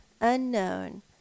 unknown